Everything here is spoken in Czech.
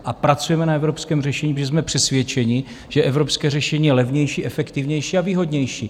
A pracujeme na evropském řešení, protože jsme přesvědčeni, že evropské řešení je levnější, efektivnější a výhodnější.